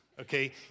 okay